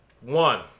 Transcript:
one